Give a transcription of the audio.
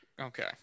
Okay